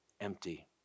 empty